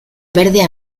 verde